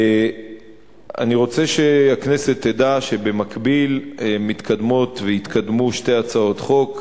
אני רוצה שהכנסת תדע שבמקביל מתקדמות ויתקדמו שתי הצעות חוק: